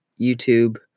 YouTube